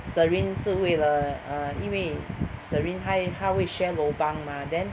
Serene 是为了因为 Serene hi 她会 share lobang mah then